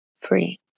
free